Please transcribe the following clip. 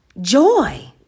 Joy